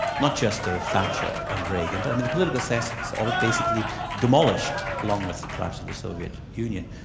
not just of thatcher and reagan, but and the political success of it basically demolished, along with the clash of the soviet union,